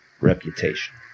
reputation